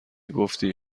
گفتی